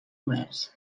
oberts